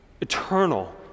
Eternal